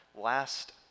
last